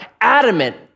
adamant